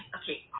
okay